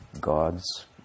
gods